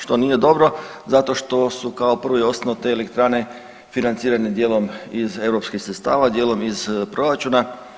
Što nije dobro zato što su kao prvo i osnovno te elektrane financirane dijelom iz europskih sredstava, a dijelom iz proračuna.